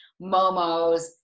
momos